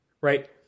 Right